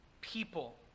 people